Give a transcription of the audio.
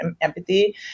empathy